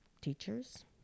teachers